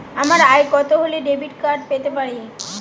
আমার আয় কত হলে ডেবিট কার্ড পেতে পারি?